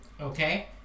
okay